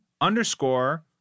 underscore